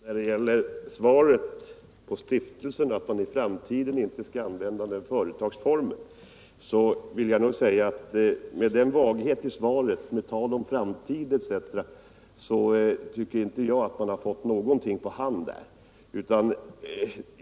Herr talman! När det gäller att stiftelserna i framtiden inte skall användas som företagsform på samma sätt vill jag säga att jag tycker att vagheten i svaret, talet om framtid etc., innebär att man inte fått någonting på hand här.